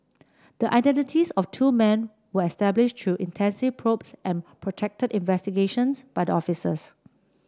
the identities of two men were established through intensive probes and protracted investigations by the officers